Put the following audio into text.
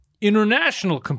international